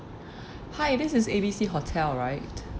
hi this is A B C hotel right